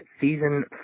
Season